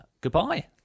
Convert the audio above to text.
goodbye